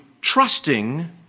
trusting